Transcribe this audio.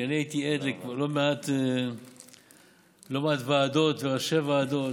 כי אני הייתי עד ללא מעט ועדות וראשי ועדות,